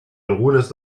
algunes